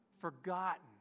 forgotten